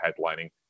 headlining